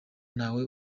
ntawe